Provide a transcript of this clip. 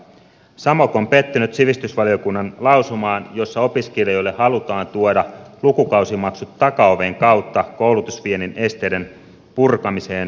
samok on pettynyt sivistysvaliokunnan lausumaan jossa opiskelijoille halutaan tuoda lukukausimaksut takaoven kautta koulutusviennin esteiden purkamiseen vedoten